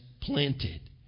planted